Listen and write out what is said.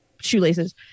shoelaces